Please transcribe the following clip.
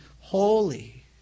holy